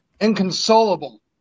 inconsolable